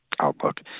outlook